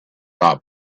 not